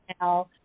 now